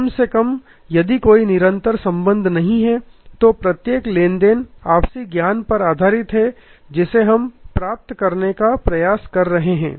कम से कम यदि कोई निरंतर संबंध नहीं है तो प्रत्येक लेनदेन आपसी ज्ञान पर आधारित है जिसे हम प्राप्त करने का प्रयास कर रहे हैं